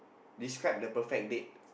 describe the perfect date